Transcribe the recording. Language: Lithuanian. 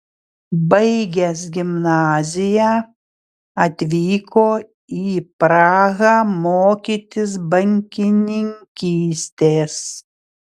baigęs gimnaziją atvyko į prahą mokytis bankininkystės